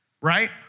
right